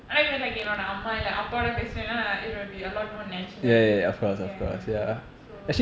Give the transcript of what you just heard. ஆனாஇப்பஎன்அம்மாவோடஇல்லஅப்பாகூடபேசுனேனா:aana ipa en ammavoda illa appakooda pesunena it will be a lot more natural ya ya ya so